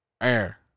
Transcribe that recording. air